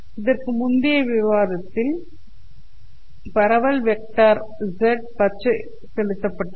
இதற்கு முந்தைய விவாதத்தில் பரவல் வெக்டர் Z அச்சில் செலுத்தப்பட்டது